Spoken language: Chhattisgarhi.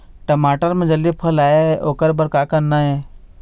टमाटर म जल्दी फल आय ओकर बर का करना ये?